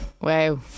wow